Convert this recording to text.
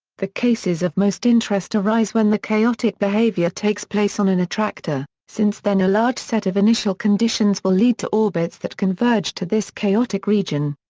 the cases of most interest arise when the chaotic behavior takes place on an attractor, since then a large set of initial conditions will lead to orbits that converge to this chaotic region.